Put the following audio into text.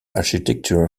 architecture